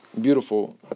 beautiful